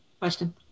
question